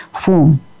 form